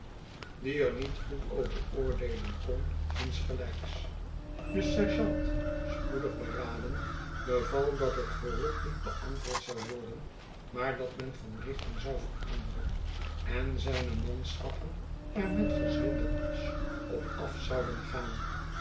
insgelijks de sergeant spoedig beraden beval dat het geroep niet beantwoord zou worden maar dat men van richting zou veranderen en zijne manschappen er met gezwinden pas op af zouden gaan